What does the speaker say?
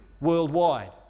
worldwide